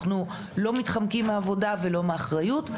אנחנו לא מתחמקים מעבודה ולא מאחריות.